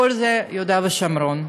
הכול זה יהודה ושומרון.